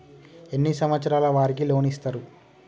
ఎన్ని సంవత్సరాల వారికి లోన్ ఇస్తరు?